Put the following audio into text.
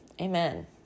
Amen